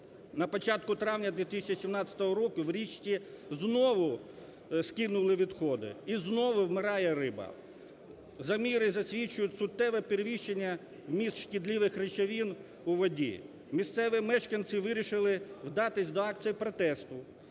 На початку травня 2017 року в річці знову скинули відходи, і знову вмирає риба. Заміри засвідчують суттєве перевищення вміст шкідливих речовин у воді. Місцеві мешканці вирішили вдатись до акції протесту.